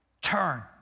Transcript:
Turn